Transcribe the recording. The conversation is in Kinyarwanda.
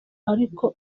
ariko